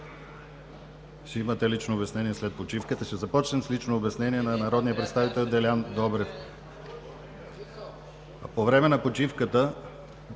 Ще имате лично обяснение след почивката. Ще започнем с лично обяснение на народния представител Делян Добрев. Да Ви уведомя, уважаеми